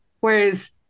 whereas